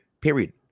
Period